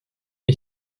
est